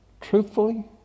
truthfully